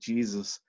Jesus